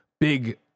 big